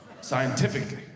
Scientifically